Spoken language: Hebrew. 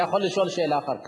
אתה יכול לשאול שאלה אחר כך.